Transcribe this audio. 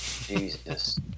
Jesus